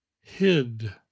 hid